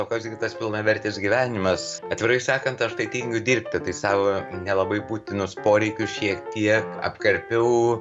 o kas gi tas pilnavertis gyvenimas atvirai sakant aš tai tingiu dirbti tai savo nelabai būtinus poreikius šiek tiek apkarpiau